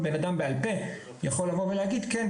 ובן אדם בעל פה יכול לבוא ולהגיד כן,